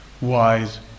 wise